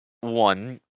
one